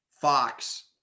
Fox